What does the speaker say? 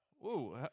Whoa